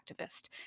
activist